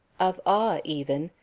of awe even,